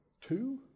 two